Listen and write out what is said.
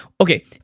okay